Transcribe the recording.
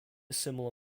similar